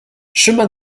chemin